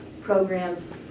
programs